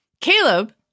Caleb